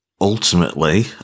Ultimately